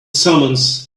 summons